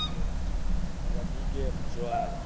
ꯑꯗꯒꯤ ꯔꯝꯃꯤ ꯒꯦꯝ ꯖ꯭ꯋꯥꯔ